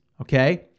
okay